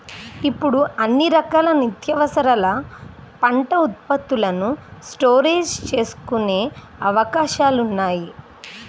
ఇప్పుడు అన్ని రకాల నిత్యావసరాల పంట ఉత్పత్తులను స్టోరేజీ చేసుకునే అవకాశాలున్నాయి